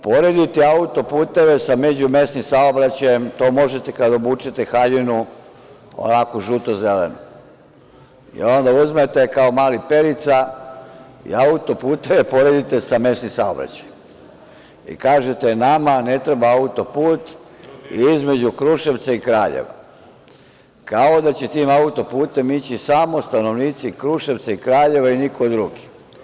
Porediti auto-puteve sa međumesnim saobraćajem to možete kad obučete haljinu, onako žuto-zelenu i onda uzmete kao mali Perica i auto-puteve poredite sa mesnim saobraćajem i kažete – nama ne treba auto-put između Kruševca i Kraljeva, kao da će tim auto-putem ići samo stanovnici Kruševca i Kraljeva i niko drugi.